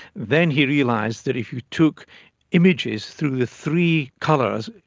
then he realised that if you took images through the three colours,